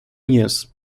years